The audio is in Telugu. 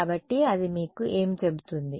కాబట్టి అది మీకు ఏమి చెబుతుంది